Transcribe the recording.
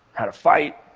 how to fight,